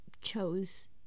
chose